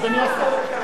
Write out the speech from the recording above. אדוני השר,